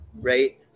right